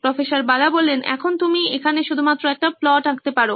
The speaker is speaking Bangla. প্রফ্ বালা এখন তুমি এখানে শুধুমাত্র একটা প্লট আঁকতে পারো